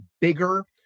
bigger